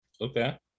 Okay